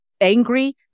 angry